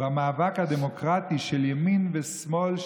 במאבק הדמוקרטי של ימין ושמאל,